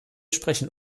sprechen